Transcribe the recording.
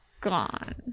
gone